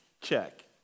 Check